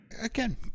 Again